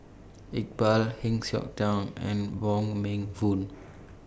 Iqbal Heng Siok Tian and Wong Meng Voon